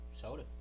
soda